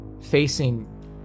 facing